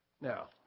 Now